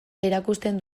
erakusten